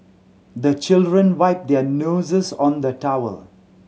the children wipe their noses on the towel